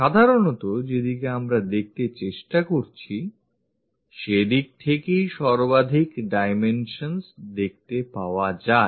সাধারণত যেদিকে আমরা দেখতে চেষ্টা করছিসেদিক থেকেই সর্বাধিক dimensions দেখতে পাওয়া যায়